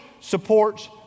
supports